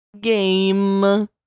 game